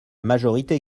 majorité